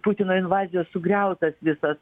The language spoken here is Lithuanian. putino invazijos sugriautas visas